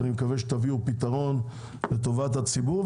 ואני מקווה שתביאו פתרון לטובת הציבור,